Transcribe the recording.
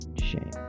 shame